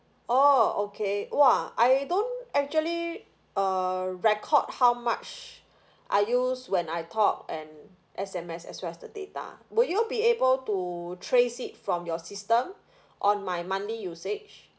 orh okay !wah! I don't actually err record how much I use when I talk and S_M_S as well as the data would you be able to trace it from your system on my monthly usage